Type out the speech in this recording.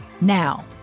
Now